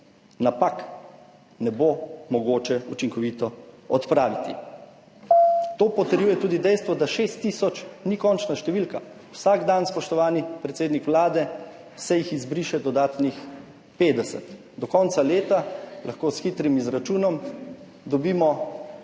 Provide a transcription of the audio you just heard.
napak ne bo mogoče učinkovito odpraviti. To potrjuje tudi dejstvo, da 6 tisoč ni končna številka. Vsak dan, spoštovani predsednik Vlade, se jih izbriše dodatnih 50. Do konca leta lahko s hitrim izračunom dobimo